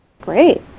Great